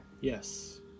Yes